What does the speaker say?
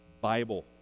Bible